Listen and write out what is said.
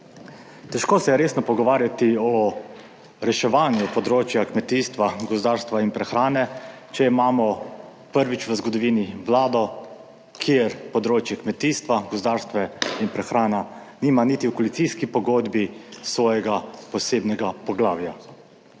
Težko se je resno pogovarjati o reševanju področja kmetijstva, gozdarstva in prehrane, če imamo prvič v zgodovini Vlado, kjer področje kmetijstva, gozdarstva in prehrane nima niti v koalicijski pogodbi svojega posebnega poglavja.